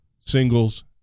singles